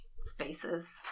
spaces